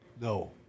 No